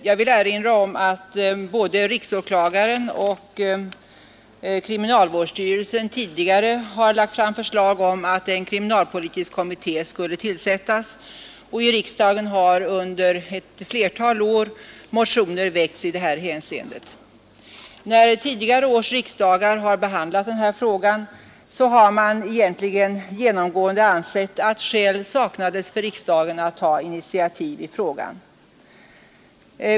Jag vill erinra om att både riksåklagaren och kriminalvårdsstyrelsen tidigare har lagt fram förslag om att en kriminalpolitisk kommitté skulle tillsättas, och här i riksdagen har också under ett flertal När riksdagen tidigare år har behandlat detta ärende har man genomgående ansett att skäl saknades för riksdagen att ta något initiativ i frågan.